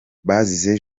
bazize